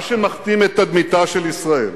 מה שמכתים את תדמיתה של ישראל